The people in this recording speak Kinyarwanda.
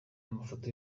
amafoto